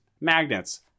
Magnets